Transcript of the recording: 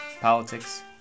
politics